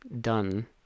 done